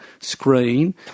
screen